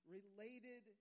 Related